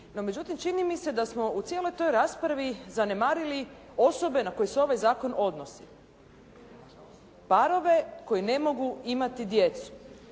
međutim, čini mi se da smo u cijeloj toj raspravi zanemarili osobe na koje se ovaj zakon odnosi, parove koji ne mogu imati djecu.